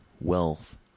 wealth